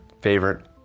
favorite